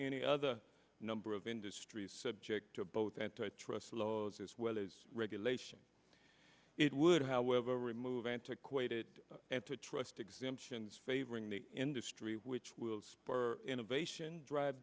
any other number of industries subject to both antitrust laws as well as regulation it would however remove antiquated and to trust exemptions favoring the industry which will spur innovation drive